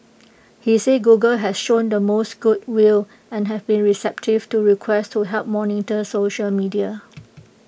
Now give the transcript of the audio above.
he said Google has shown the most good will and had been receptive to requests to help monitor social media